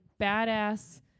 badass